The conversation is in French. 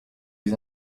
les